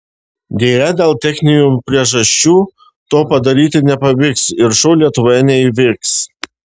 deja dėl techninių priežasčių to padaryti nepavyks ir šou lietuvoje neįvyks